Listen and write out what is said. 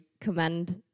commend